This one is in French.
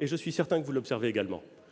et je suis certain que vous l'observez également,